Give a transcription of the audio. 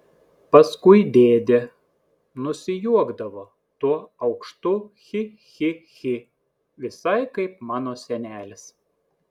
paskui dėdė nusijuokdavo tuo aukštu chi chi chi visai kaip mano senelis